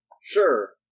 Sure